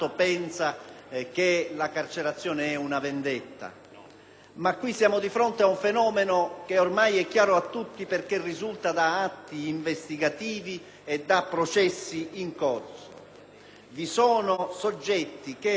ma siamo di fronte ad un fenomeno che è ormai chiaro a tutti, che risulta da atti investigativi e da processi in corso. Vi sono soggetti che, reclusi secondo